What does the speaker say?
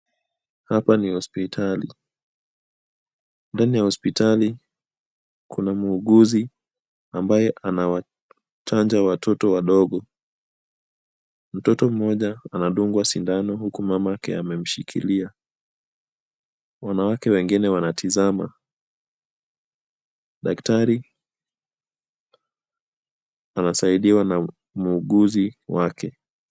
Hapa ni hospitali. Ndani ya hospitali, kuna muuguzi ambaye anawachanja watoto wadogo. Mtoto mmoja anadungwa sindano huku mamake amemshikilia. Wanawake wengine wanatazama. Daktari anasaidiwa na muuguzi wake.